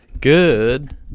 Good